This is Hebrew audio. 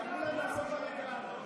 אמרו להם לעשות בלגן.